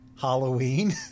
Halloween